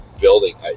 building